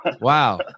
Wow